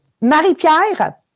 Marie-Pierre